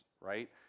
right